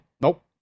Nope